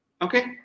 Okay